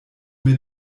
mir